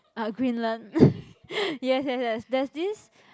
ah Greenland yes yes yes there's this